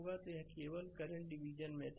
तो यह केवल करंट डिविजन मेथड है